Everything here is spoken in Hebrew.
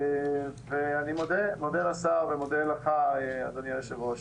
ואני מודה לשר ומודה לך אדוני יושב הראש.